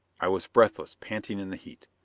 i was breathless, panting in the heat.